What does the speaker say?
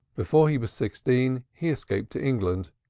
before he was sixteen, he escaped to england,